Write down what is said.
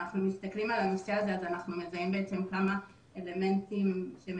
כשאנחנו מסתכלים על הנושא הזה אז אנחנו מזהים בעצם כמה אלמנטים שהם